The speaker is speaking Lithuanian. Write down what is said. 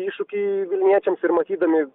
iššūkį vilniečiams ir matydami